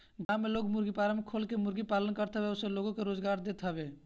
गांव में लोग मुर्गी फारम खोल के मुर्गी पालत हवे अउरी ओसे लोग के रोजगार भी देत हवे